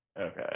Okay